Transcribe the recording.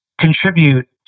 contribute